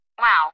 Wow